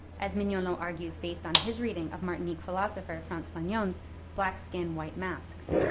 as mignolo argues based on his reading of martinique philosopher frantz fanon's black skin, white masks,